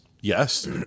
Yes